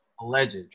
Alleged